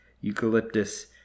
eucalyptus